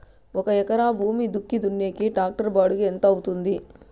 ఒక ఎకరా భూమి దుక్కి దున్నేకి టాక్టర్ బాడుగ ఎంత అవుతుంది?